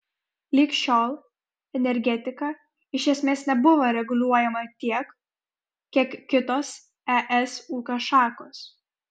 lig šiol energetika iš esmės nebuvo reguliuojama tiek kiek kitos es ūkio šakos